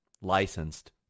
licensed